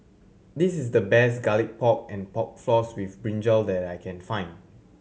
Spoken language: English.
this is the best Garlic Pork and Pork Floss with brinjal that I can find